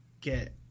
get